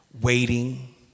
waiting